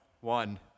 One